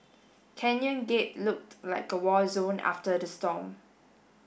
Canyon Gate looked like a war zone after the storm